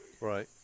Right